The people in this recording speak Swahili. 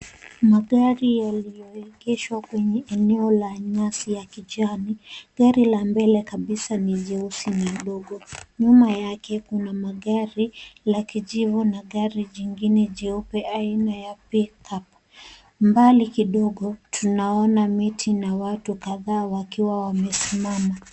Magari yaliyoegeshwa kwenye eneo la nyasi ya kijani. Gari la mbele kabisa ni jeusi na dogo. Nyuma yake kuna magari la kijivu na gari jingine jeupe aina ya Pickup. Mbali kidogo tunaona miti na watu kadhaa wakiwa wamesimama.